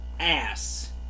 ass